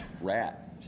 Rat